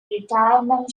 retirement